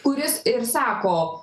kuris ir sako